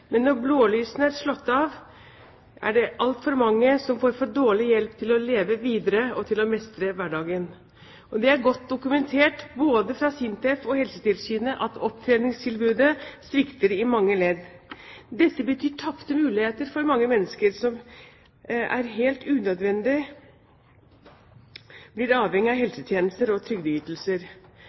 men når blålysene er slått av, er det altfor mange som får for dårlig hjelp til å leve videre og til å mestre hverdagen. Det er godt dokumentert både fra SINTEF og Helsetilsynet at opptreningstilbudet svikter i mange ledd. Dette betyr tapte muligheter for mange mennesker som helt unødvendig blir avhengig av hjelpetjenester og trygdeytelser.